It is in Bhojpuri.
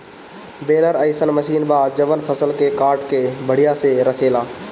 बेलर अइसन मशीन बा जवन फसल के काट के बढ़िया से रखेले